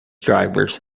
drivers